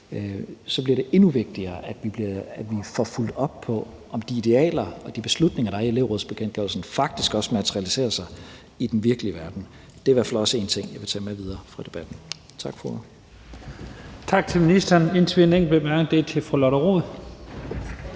så bliver det endnu vigtigere, at vi får fulgt op på, om de idealer og de beslutninger, der er i elevrådsbekendtgørelsen, faktisk også materialiserer sig i den virkelige verden. Det er i hvert fald også en ting, jeg vil tage med mig videre fra debatten. Tak for ordet. Kl. 14:28 Første næstformand (Leif Lahn Jensen): Tak til ministeren.